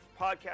Podcast